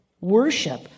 worship